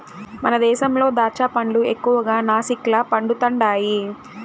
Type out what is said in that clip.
మన దేశంలో దాచ్చా పండ్లు ఎక్కువగా నాసిక్ల పండుతండాయి